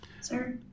sir